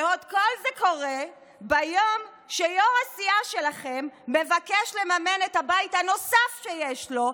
ועוד כל זה קורה ביום שיו"ר הסיעה שלכם מבקש לממן את הבית הנוסף שיש לו,